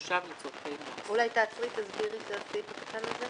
הוא תושב לצרכי מס; אולי תעצרי ותסבירי את הסעיף הקטן הזה?